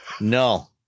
no